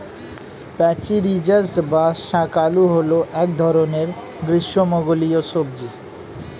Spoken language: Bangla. প্যাচিরিজাস বা শাঁকালু হল এক ধরনের গ্রীষ্মমণ্ডলীয় সবজি